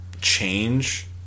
change